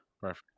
Perfect